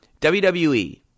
WWE